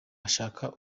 ashaka